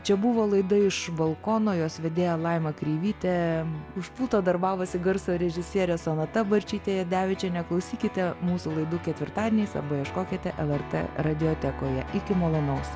čia buvo laida iš balkono jos vedėja laima kreivytė už pulto darbavosi garso režisierė sonata barčytė jadevičienė klausykite mūsų laidų ketvirtadieniais arba ieškokite lrt radiotekoje iki malonaus